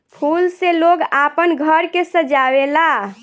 फूल से लोग आपन घर के सजावे ला